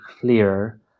clear